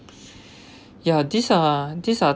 ya these are these are